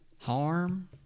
harm